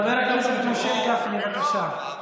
חבר הכנסת משה גפני, בבקשה.